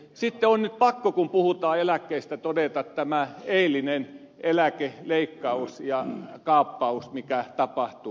sitten on nyt pakko kun puhutaan eläkkeistä todeta eilinen eläkeleikkaus ja kaappaus mikä tapahtui